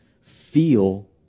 feel